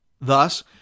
Thus